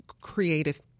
creative